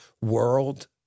world